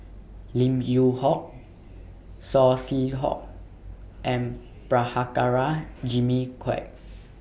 Lim Yew Hock Saw Swee Hock and Prabhakara Jimmy Quek